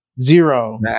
Zero